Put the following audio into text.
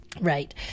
Right